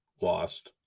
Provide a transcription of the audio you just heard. lost